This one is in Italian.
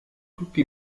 tutti